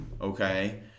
okay